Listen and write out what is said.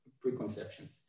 preconceptions